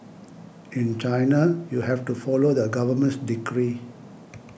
in China you have to follow the government's decree